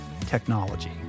technology